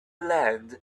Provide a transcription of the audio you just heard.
land